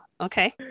Okay